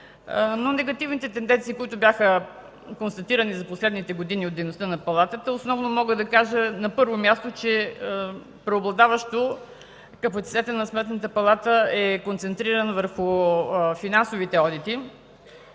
Негативните тенденции обаче, които бяха констатирани за последните години от дейността на палатата, основно мога да кажа, на първо място, че преобладаващо капацитетът на Сметната палата е концентриран върху финансовите одити